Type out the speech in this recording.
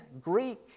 Greek